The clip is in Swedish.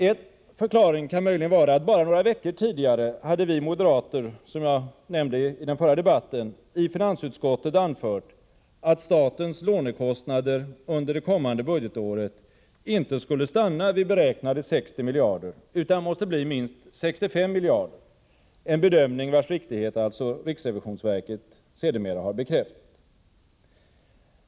En förklaring kan möjligen vara att vi moderater bara några veckor tidigare, som jag nämnde i den förra debatten, hade anfört i finansutskottet att statens lånekostnader under det kommande budgetåret inte skulle stanna vid beräknade 60 miljarder utan måste bli minst 65 miljarder — en bedömning vars riktighet riksrevisionsverket alltså sedermera har bekräftat.